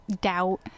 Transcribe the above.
doubt